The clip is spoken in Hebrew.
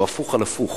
שהוא "הפוך על הפוך".